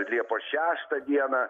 liepos šeštą dieną